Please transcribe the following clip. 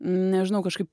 nežinau kažkaip